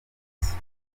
isi